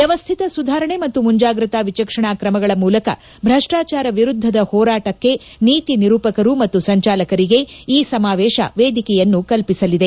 ವ್ಯವಸ್ಥಿತ ಸುಧಾರಣೆ ಮತ್ತು ಮುಂಜಾಗೃತಾ ವಿಚಕ್ಷಣಾ ಕ್ರಮಗಳ ಮೂಲಕ ಭೃಷ್ಟಾಚಾರ ವಿರುದ್ದದ ಹೋರಾಟಕ್ಕೆ ನೀತಿ ನಿರೂಪಕರು ಮತ್ತು ಸಂಚಾಲಕರಿಗೆ ಈ ಸಮಾವೇಶ ವೇದಿಕೆಯನ್ನು ಕಲ್ಪಿಸಲಿದೆ